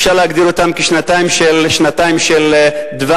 אפשר להגדיר אותן כשנתיים של דבש,